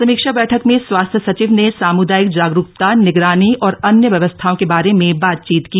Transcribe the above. समीक्षा बैठक में स्वास्थ्य सचिव ने सामुदायिक जागरूकता निगरानी और अन्य व्यवस्थाओं के बारे में बातचीत की